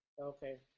Okay